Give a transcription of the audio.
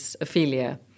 Ophelia